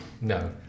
No